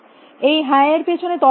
এই হ্যাঁ এর পিছনের তর্ক কী